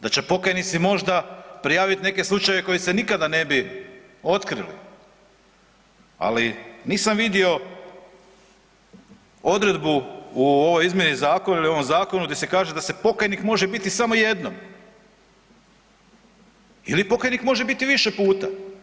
Da će pokajnici možda prijaviti neke slučajeve koji se nikada ne bi otkrili, ali nisam vidio odredbu u ovoj izmjeni zakona ili u ovom zakonu gdje se kaže da se pokajnik može biti samo jednom ili pokajnik može biti više puta.